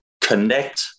connect